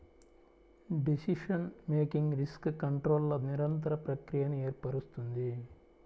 decision making risk కంట్రోల్ల నిరంతర ప్రక్రియను ఏర్పరుస్తుంది